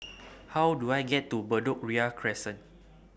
How Do I get to Bedok Ria Crescent